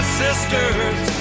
sisters